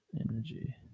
energy